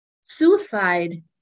Suicide